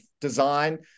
design